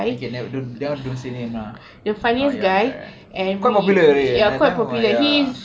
we can never don't don't say name lah oh ya ya right right quite popular already nevermind ya